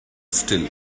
still